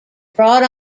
brought